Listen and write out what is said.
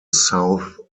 south